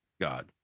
God